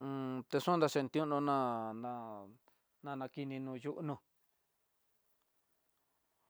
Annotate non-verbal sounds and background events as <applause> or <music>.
<hesitation> kexhona cheintiuno ná na nakininó yudnó.